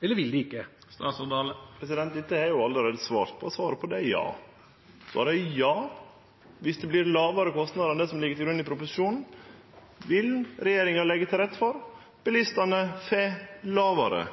eller vil de ikke? Presidenten vil minna representanten om at ein må snakka gjennom presidenten. Dette har eg jo allereie svart på, og svaret på det er ja – svaret er ja. Viss det blir lågare kostnader enn det som ligg til grunn i proposisjonen, vil regjeringa leggje til rette for at bilistane får lågare